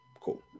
cool